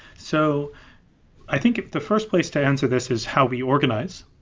so i think the first place to answer this is how we organize.